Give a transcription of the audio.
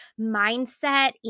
mindset